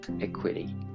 equity